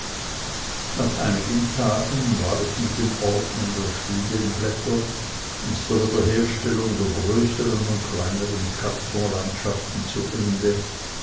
nach einigen tagen war ich mit dem ordnen der studienblätter und der wiederherstellung der größeren und kleineren kartonlandschaften zu ende